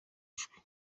ijwi